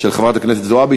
של חברת הכנסת זועבי,